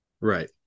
Right